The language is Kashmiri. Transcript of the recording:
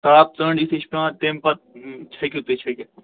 تاپ ژٔنٛڈ یُتھٕے چھِ پٮ۪وان تَمہِ پتہٕ چھٔکِو تُہۍ چھٔکِتھ